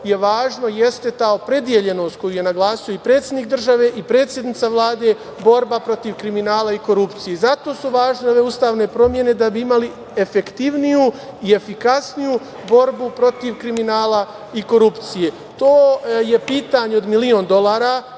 važno jeste ta opredeljenost koju je naglasio i predsednik države i predsednica Vlade, borba protiv kriminala i korupcije. Zato su važne ove ustavne promene, da bi imali efektivniju i efikasniju borbu protiv kriminala i korupcije. To je pitanje od milion dolara